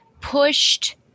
pushed